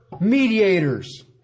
mediators